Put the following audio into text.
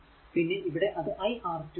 പിന്നെ ഇവിടെ അത് iR2 ആണ്